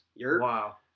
Wow